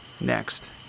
next